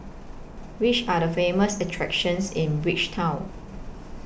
Which Are The Famous attractions in Bridgetown